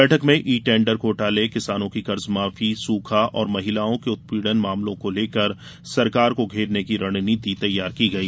बैठक में e tender किसानों की कर्जमाफी सूखा और महिलाओं के उत्पीड़न मामलो को लेकर सरकार को घेरने की रणनीति बनाइ गई